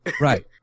Right